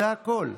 זה הכול.